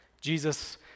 Jesus